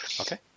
Okay